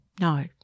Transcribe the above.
No